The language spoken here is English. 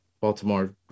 Baltimore